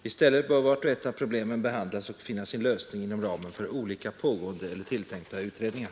I stället bör vart och ett av problemen behandlas och finna sin lösning inom ramen för olika pågående eller tilltänkta utredningar.